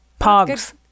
Pogs